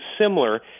similar